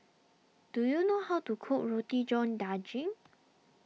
do you know how to cook Roti John Daging